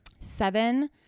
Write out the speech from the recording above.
Seven